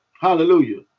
Hallelujah